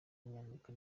w’umunyamerika